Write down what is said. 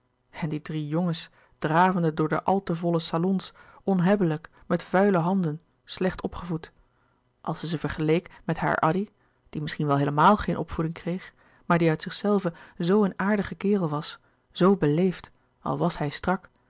en die drie jongens dravende door de al te volle salons onhebbelijk met vuile handen slecht opgevoed als zij ze vergeleek met haar addy die misschien wel heelemaal geen opvoeding kreeg maar die uit zichzelven zoo een aardige kerel was zoo beleefd al was hij strak